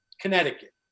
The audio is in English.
Connecticut